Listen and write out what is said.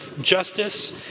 justice